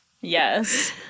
Yes